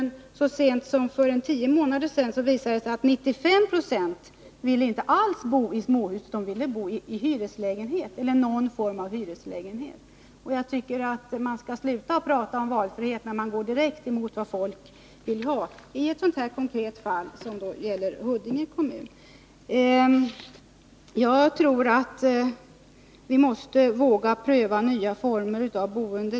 Så sent som för tio månader sedan ville 95 26 av dem som stod i kön inte alls bo i småhus — de ville bo i någon form av hyreslägenhet. Jag tycker man skall sluta prata om valfrihet när man går direkt emot vad folk vill ha i ett konkret fall som i Huddinge kommun. Vi måste våga pröva nya former av boende.